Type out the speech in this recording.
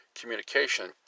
communication